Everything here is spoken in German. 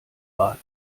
rad